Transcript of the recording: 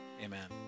amen